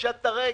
פשט את הרגל.